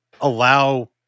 allow